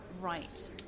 right